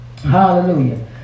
Hallelujah